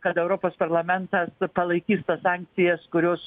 kad europos parlamentas palaikys tas sankcijas kurios